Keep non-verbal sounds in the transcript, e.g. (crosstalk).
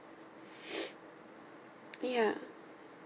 (breath) ya